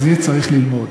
יהיה צריך ללמוד.